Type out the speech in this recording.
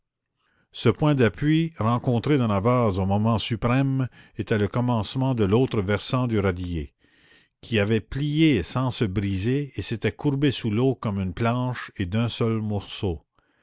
ce point d'appui rencontré dans la vase au moment suprême était le commencement de l'autre versant du radier qui avait plié sans se briser et s'était courbé sous l'eau comme une planche et d'un seul morceau